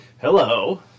Hello